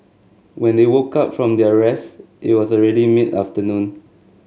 when they woke up from their rest it was already mid afternoon